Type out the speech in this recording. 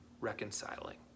reconciling